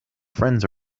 friends